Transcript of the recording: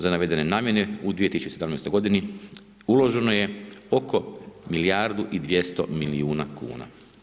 Za navedene namjene u 2017. godini uloženo je oko milijardu i 200 milijuna kuna.